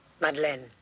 Madeleine